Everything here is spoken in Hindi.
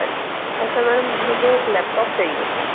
हाँ जी ऐसा मैडम मुझे एक लैपटॉप चाहिए था